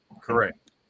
Correct